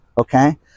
Okay